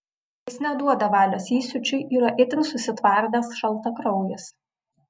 jis neduoda valios įsiūčiui yra itin susitvardęs šaltakraujis